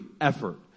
effort